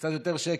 קצת יותר שקט.